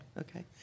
Okay